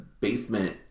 basement